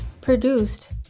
produced